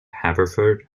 haverford